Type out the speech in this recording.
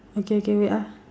okay okay wait ah